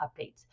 updates